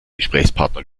gesprächspartner